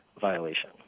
violation